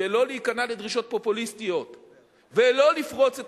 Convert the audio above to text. שלא להיכנע לדרישות פופוליסטיות ולא לפרוץ את